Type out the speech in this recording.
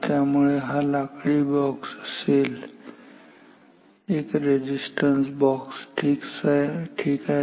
त्यामुळे हा लाकडी बॉक्स असेल एक रेझिस्टन्स बॉक्स ठीक आहे